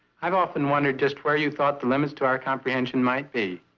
i've often wondered just where you thought the limits to our comprehension might be.